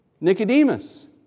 Nicodemus